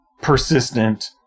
persistent